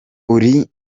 uri